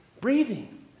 Breathing